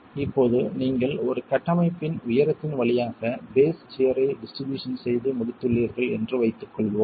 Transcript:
இப்போது நீங்கள் ஒரு கட்டமைப்பின் உயரத்தின் வழியாக பேஸ் சியர் ஐ டிஸ்ட்ரிபியூஷன் செய்து முடித்துள்ளீர்கள் என்று வைத்துக்கொள்வோம்